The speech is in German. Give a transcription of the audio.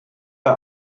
bei